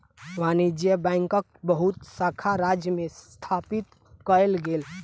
वाणिज्य बैंकक बहुत शाखा राज्य में स्थापित कएल गेल